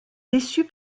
déçue